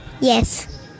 Yes